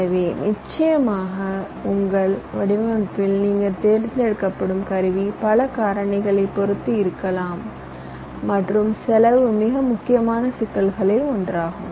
எனவே நிச்சயமாக உங்கள் வடிவமைப்பில் நீங்கள் தேர்ந்தெடுக்கும் கருவி பல காரணிகளைப் பொறுத்து இருக்கலாம் மற்றும் செலவு மிக முக்கியமான சிக்கல்களில் ஒன்றாகும்